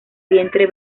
vientre